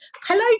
Hello